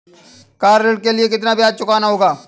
Car ऋण के लिए कितना ब्याज चुकाना होगा?